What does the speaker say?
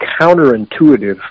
counterintuitive